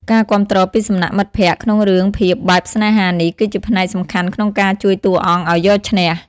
ការគាំទ្រពីសំណាក់មិត្តភក្តិ ក្នុងរឿងភាពបែបស្នេហានេះគឺជាផ្នែកសំខាន់ក្នុងការជួយតួអង្គឱ្យយកឈ្នះ។